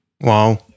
Wow